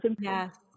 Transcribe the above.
yes